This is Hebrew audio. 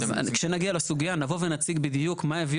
כשנגיע לסוגיה נבוא ונציג בדיוק מה הביא